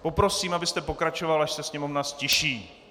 Poprosím, abyste pokračoval, až se sněmovna ztiší.